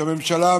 כשהממשלה,